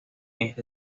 esta